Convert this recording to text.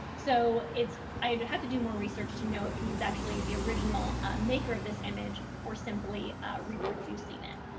so it's i'd have to do more research to know if he's actually the original maker of this image or simply reproducing it.